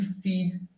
feed